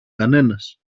κανένας